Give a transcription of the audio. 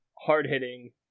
hard-hitting